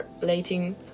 Latin